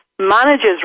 Managers